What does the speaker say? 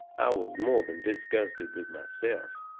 i was more than disgusted with myself.